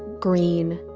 green,